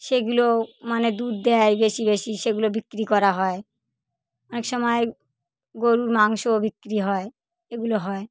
সেগুলো মানে দুধ দেয় বেশি বেশি সেগুলো বিক্রি করা হয় অনেক সময় গরুর মাংসও বিক্রি হয় এগুলো হয়